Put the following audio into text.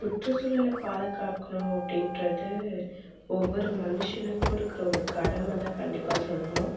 சுற்றுசூழலை பாதுகாக்கணும் அப்படின்றது ஒவ்வொரு மனுஷனுக்கும் இருக்கிற ஒரு கடமை தான் கண்டிப்பாக சொல்லணும்